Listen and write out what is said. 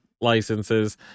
licenses